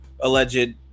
alleged